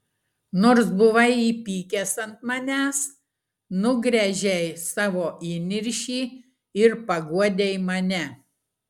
nors buvai įpykęs ant manęs nugręžei savo įniršį ir paguodei mane